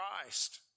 Christ